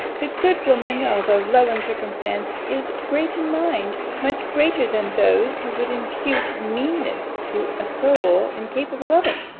the good woman, although low in circumstance, is great in mind! much greater than those who would impute meanness to a soul incapable of it.